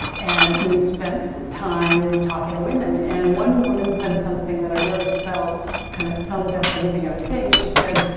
and we spent time talking to women and one woman said something that i really felt kind of summed up everything i was seeing. she said,